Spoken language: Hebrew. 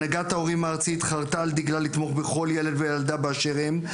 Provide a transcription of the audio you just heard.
הנהגת ההורים הארצית חרתה על דגלה לתמוך בכל ילד או ילדה באשר הם.